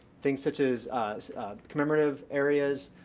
things such as commemorative areas,